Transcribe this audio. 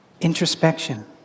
introspection